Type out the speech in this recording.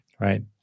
right